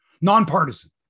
Nonpartisan